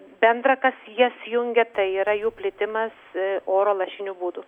bendra kas jas jungia tai yra jų plėtimąs oro lašiniu būdu